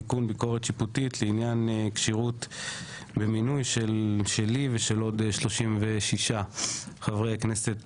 תיקון ביקורת שיפוטית לעניין כשירות במינוי שלי ושל עוד 36 חברי הכנסת